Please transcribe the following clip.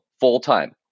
full-time